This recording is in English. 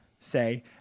say